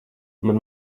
man